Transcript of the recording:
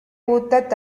பூத்த